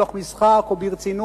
מתוך משחק או ברצינות,